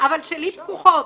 אבל שלי פקוחות.